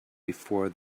before